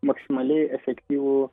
maksimaliai efektyvų